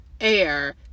air